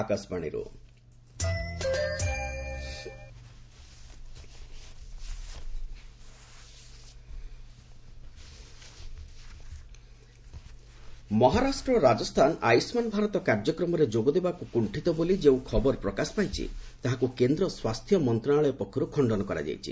centre Ayushman Maharashtra ଓ ରାଜସ୍ଥାନ ଆୟୁଷ୍ମାନ ଭାରତ କାର୍ଯ୍ୟକ୍ରମରେ ଯୋଗଦେବାକୁ କୁଷ୍ଠିତ ବୋଲି ଯେଉଁ ଖବର ପ୍ରକାଶ ପାଇଛି ତାହାକୁ କେନ୍ଦ୍ର ସ୍ୱାସ୍ଥ୍ୟମନ୍ତ୍ରଣାଳୟ ପକ୍ଷରୁ ଖଣ୍ଡନ କରାଯାଇଛି